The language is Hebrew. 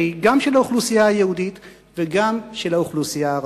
שהיא גם של האוכלוסייה היהודית וגם של האוכלוסייה הערבית.